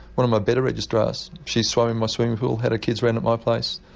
one of my better registrars, she swam in my swimming pool had her kids round at my place,